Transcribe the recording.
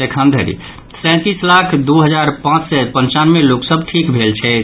एखन धरि सैंतीस लाख दू हजार पांच सय पंचानवे लोक सभ ठीक भेल छथि